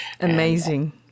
Amazing